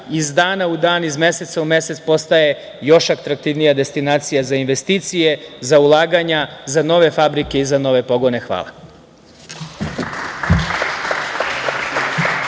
iz dana u dan, iz meseca u mesec postaje još atraktivnija destinacija za investicije, za ulaganja, za nove fabrike i za nove pogone. Hvala.